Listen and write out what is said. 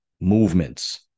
movements